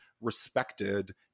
respected